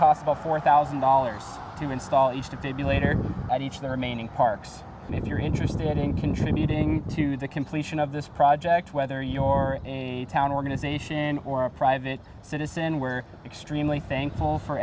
the four thousand dollars to install it used to be later at each of the remaining parks and if you're interested in contributing to the completion of this project whether your town organization or a private citizen were extremely thankful for